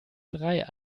drei